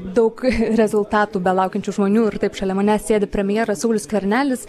daug rezultatų belaukiančių žmonių ir taip šalia manęs sėdi premjeras saulius skvernelis